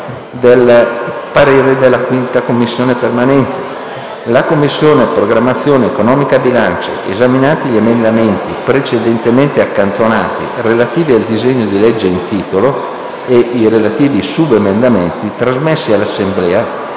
il parere della Commissione bilancio, di cui do lettura: «La Commissione programmazione economica, bilancio, esaminati gli emendamenti precedentemente accantonati relativi al disegno di legge in titolo, e i relativi subemendamenti, trasmessi dall'Assemblea,